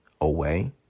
away